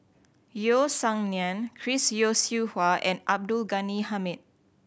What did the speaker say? Yeo Song Nian Chris Yeo Siew Hua and Abdul Ghani Hamid